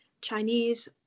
Chinese